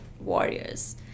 warriors